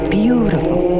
beautiful